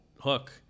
hook